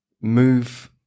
move